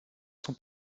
sont